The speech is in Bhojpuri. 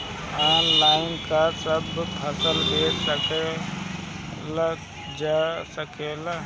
आनलाइन का सब फसल बेचल जा सकेला?